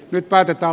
nyt päätetään